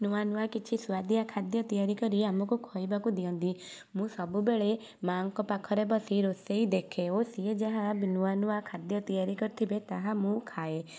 ନୂଆ ନୂଆ କିଛି ସୁଆଦିଆ ଖାଦ୍ୟ ତିଆରି କରି ଆମକୁ ଖୋଇବାକୁ ଦିଅନ୍ତି ମୁଁ ସବୁବେଳେ ମାଆଙ୍କ ପାଖରେ ବସି ରୋଷେଇ ଦେଖେ ଓ ସିଏ ଯାହା ଏବେ ନୂଆ ନୂଆ ଖାଦ୍ୟ ତିଆରି କରିଥିବେ ତାହା ମୁଁ ଖାଏ